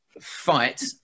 fight